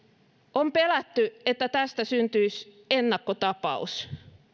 on pelätty että tästä syntyisi ennakkotapaus